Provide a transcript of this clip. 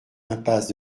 impasse